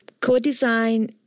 Co-design